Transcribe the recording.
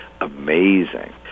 amazing